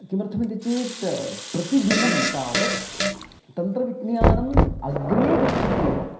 किमर्थमिति चेत् प्रतिदिनं तावत् तन्त्रविज्ञानम् अग्रे गच्छत्येव